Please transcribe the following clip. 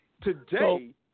Today